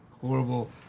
horrible